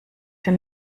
dein